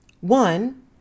One